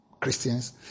Christians